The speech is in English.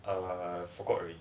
err I forgot already